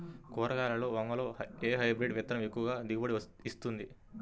కూరగాయలలో వంగలో ఏ హైబ్రిడ్ విత్తనం ఎక్కువ దిగుబడిని ఇస్తుంది?